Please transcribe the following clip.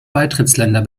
beitrittsländer